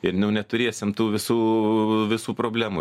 ir nu neturėsim tų visų visų problemų